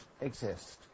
exist